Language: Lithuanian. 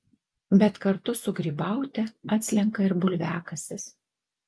bet kartu su grybaute atslenka ir bulviakasis